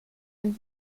ein